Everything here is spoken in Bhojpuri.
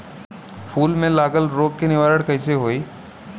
फूल में लागल रोग के निवारण कैसे होयी?